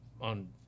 on